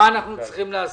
מה עלינו לעשות.